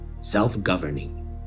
self-governing